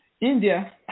India